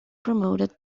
promoted